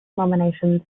nominations